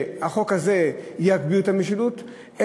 שהחוק הזה יגביר את המשילות,